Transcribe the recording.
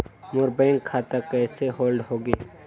मोर bank खाता कइसे hold होगे?